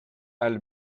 all